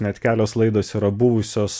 net kelios laidos yra buvusios